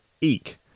Eek